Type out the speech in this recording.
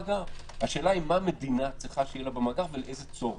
השאלה מה המדינה צריכה שיהיה לה במאגר ולאיזה צורך.